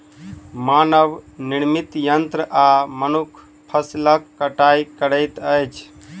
मानव निर्मित यंत्र आ मनुख फसिलक कटाई करैत अछि